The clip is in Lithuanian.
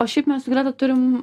o šiaip mes su greta turim